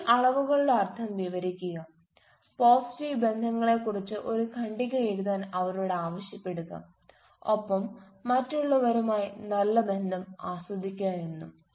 ഈ അളവുകളുടെ അർത്ഥം വിവരിക്കുക പോസിറ്റീവ് ബന്ധങ്ങളെക്കുറിച്ച് ഒരു ഖണ്ഡിക എഴുതാൻ അവരോട് ആവശ്യപ്പെടുക ഒപ്പം മറ്റുള്ളവരുമായി നല്ല ബന്ധം ആസ്വദിക്കുക എന്നും